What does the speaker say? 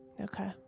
Okay